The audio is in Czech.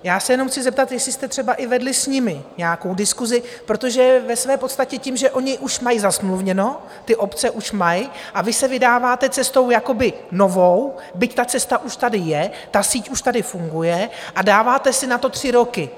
Já se jenom chci zeptat, jestli jste třeba i vedli s nimi nějakou diskusi, protože ve své podstatě tím, že ony už mají zasmluvněno, ty obce už mají, a vy se vydáváte cestou novou, byť ta cesta už tady je, ta síť už tady funguje, a dáváte si na to tři roky.